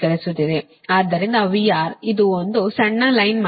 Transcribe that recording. ಆದ್ದರಿಂದ VR ಇದು ಒಂದು ಸಣ್ಣ ಲೈನ್ ಮಾದರಿ